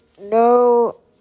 no